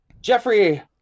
Jeffrey